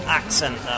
accent